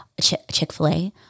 Chick-fil-A